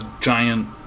giant